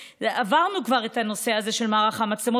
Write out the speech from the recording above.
עברנו כבר את הנושא הזה של מערך המצלמות.